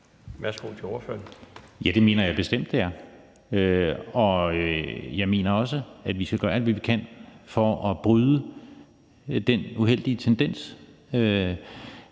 Christian Friis Bach (RV): Ja, det mener jeg bestemt det er, og jeg mener også, at vi skal gøre alt, hvad vi kan, for at bryde den uheldige tendens.